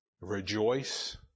rejoice